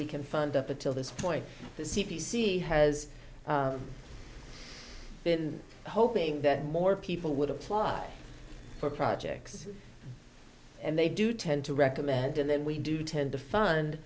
we can fund up until this point the c p c has been hoping that more people would apply for projects and they do tend to recommend and then we do tend to fund